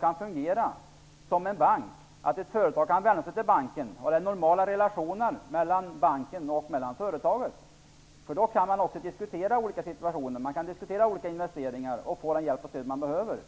kan fungera som banker. Företagen skall kunna vända sig till bankerna, och relationerna mellan dem måste vara normala. Då kan de också diskutera olika investeringar, och företagen kan få den hjälp och det stöd som de behöver.